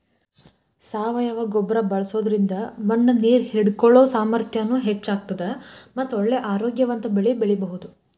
ಸಾವಯವ ಗೊಬ್ಬರ ಬಳ್ಸೋದ್ರಿಂದ ಮಣ್ಣು ನೇರ್ ಹಿಡ್ಕೊಳೋ ಸಾಮರ್ಥ್ಯನು ಹೆಚ್ಚ್ ಆಗ್ತದ ಮಟ್ಟ ಒಳ್ಳೆ ಆರೋಗ್ಯವಂತ ಬೆಳಿ ಬೆಳಿಬಹುದು